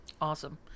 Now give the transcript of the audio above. Awesome